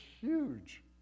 huge